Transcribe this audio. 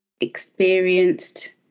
experienced